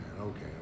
okay